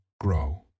grow